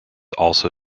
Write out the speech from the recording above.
also